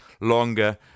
longer